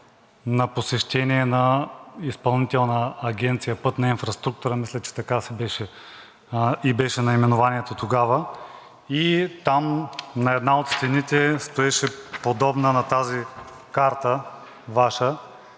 на посещение на Изпълнителна агенция „Пътна инфраструктура“, мисля, че така ѝ беше наименованието тогава, и там на една от стените стоеше подобна на тази Ваша карта